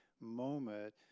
moment